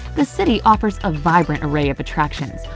the city offers a vibrant array of attractions,